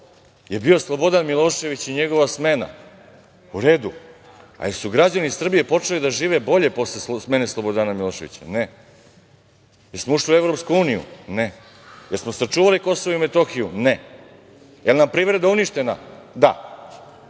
je bio Slobodan Milošević i njegova smena. U redu. Ali, jesu li građani Srbije počeli da žive bolje posle smene Slobodana Miloševića? Ne. Jesmo ušli u EU? Jesmo sačuvali KiM? Ne. Jel nam privreda uništena? Da.